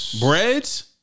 Breads